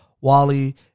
Wally